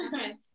Okay